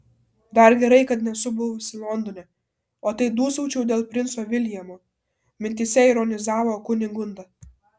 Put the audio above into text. dar gerai kad nesu buvusi londone o tai dūsaučiau dėl princo viljamo mintyse ironizavo kunigunda